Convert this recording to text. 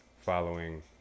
following